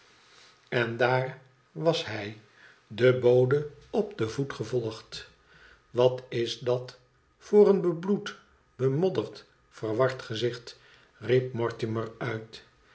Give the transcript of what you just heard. en daar was hij den bode op den voet gevolgd iwat is dat voor een bebloed bemodderd verward gezicht riep mortimer uit